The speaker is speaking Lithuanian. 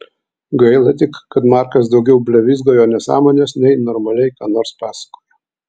gaila tik kad markas daugiau blevyzgojo nesąmones nei normaliai ką nors pasakojo